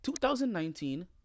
2019